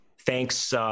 thanks